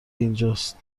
اینجاست